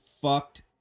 fucked